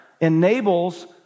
enables